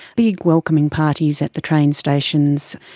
big welcoming parties at the train stations.